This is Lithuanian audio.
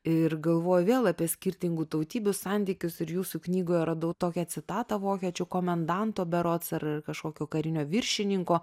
ir galvoju vėl apie skirtingų tautybių santykius ir jūsų knygoje radau tokią citatą vokiečių komendanto berods ar kažkokio karinio viršininko